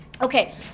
Okay